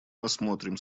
посмотрим